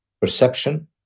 perception